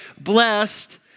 blessed